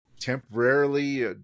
temporarily